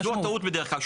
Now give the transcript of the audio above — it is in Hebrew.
--- טעות בדרך כלל,